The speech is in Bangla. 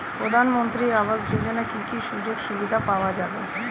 প্রধানমন্ত্রী আবাস যোজনা কি কি সুযোগ সুবিধা পাওয়া যাবে?